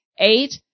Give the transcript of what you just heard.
Eight